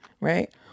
Right